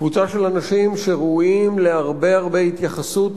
קבוצה של אנשים שראויים להרבה-הרבה התייחסות,